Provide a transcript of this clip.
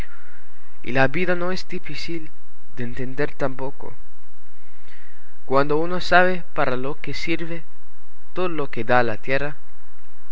y la vida no es difícil de entender tampoco cuando uno sabe para lo que sirve todo lo que da la tierra